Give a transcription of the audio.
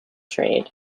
trade